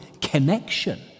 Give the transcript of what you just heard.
connection